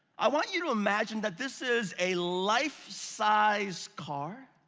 i want you to imagine that this is a life-size car.